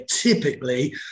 typically